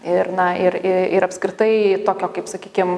ir na ir ir apskritai tokio kaip sakykim